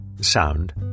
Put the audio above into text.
sound